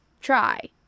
try